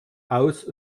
aus